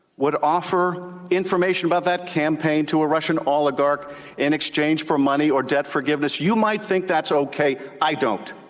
would offer information about that campaign to a russian oligarch in exchange for money or debt forgiveness. you might think that's okay. i don't.